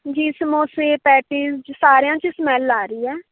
ਜੀ ਸਮੋਸੇ ਪੈਟੀਜ਼ ਸਾਰਿਆਂ 'ਚ ਹੀ ਸਮੈਲ ਆ ਰਹੀ ਹੈ